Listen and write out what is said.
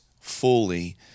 fully